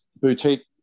boutique